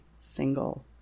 single